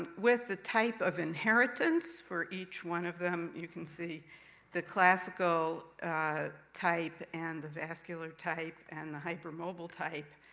ah with the type of inheritance for each one of them. you can see the classical ah type, and the vascular type, and the hypermobile type,